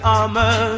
armor